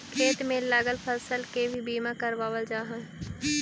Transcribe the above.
खेत में लगल फसल के भी बीमा करावाल जा हई